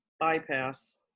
bypass